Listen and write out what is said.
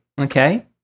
okay